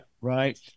right